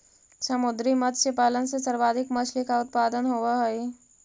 समुद्री मत्स्य पालन से सर्वाधिक मछली का उत्पादन होवअ हई